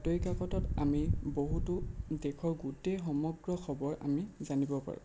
বাতৰি কাকতত আমি বহুতো দেশৰ গোটেই সমগ্ৰ খবৰ আমি জানিব পাৰোঁ